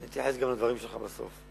אני אתייחס גם לדברים שלך בסוף.